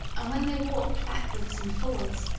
and, when they walked backwards and forwards,